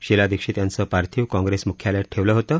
शीला दिक्षीत यांचं पार्थिव काँग्रेस मुख्यालयात ठेवलं होतं